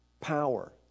power